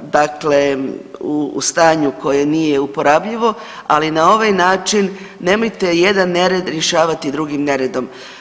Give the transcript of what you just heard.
dakle u stanju koje nije uporabljivo, ali na ovaj način nemojte jedan nered rješavati drugim neredom.